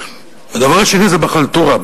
הדבר השני זה בחלטורה,